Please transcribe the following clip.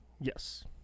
yes